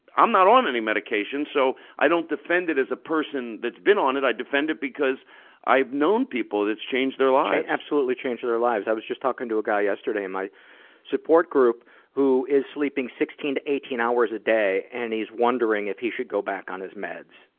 i'm not on any medication, so i don't defend it as a person that's been on it i defend it because i've known people that it's changed their lives. absolutely changed their lives. i was just talking to a guy yesterday in my support group who is sleeping sixteen to eighteen hours a day, and he's wondering if he should go back on his meds.